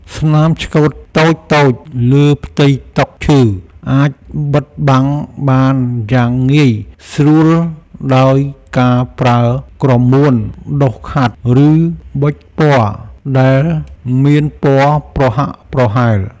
ស្នាមឆ្កូតតូចៗលើផ្ទៃតុឈើ អាចបិទបាំងបានយ៉ាងងាយស្រួលដោយការប្រើក្រមួនដុសខាត់ ឬប៊ិចពណ៌ដែលមានពណ៌ប្រហាក់ប្រហែល។